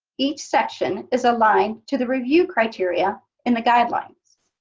each section is aligned to the review criteria in the guidelines.